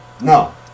no